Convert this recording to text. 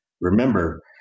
Remember